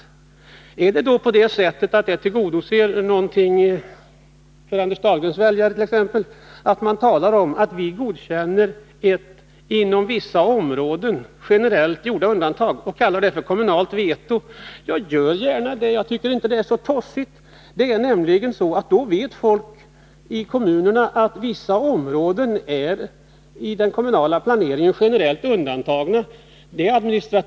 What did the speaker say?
Varför kalla det för kommunalt veto när vi godkänner generellt gjorda undantag inom vissa områden? Tillgodoser det ett behov för t.ex. Anders Dahlgrens väljare? Gör gärna det i så fall. Jag tycker inte det är så tossigt. Då vet folk nämligen att vissa områden i kommunerna är generellt undantagna i den kommunala planeringen.